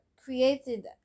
created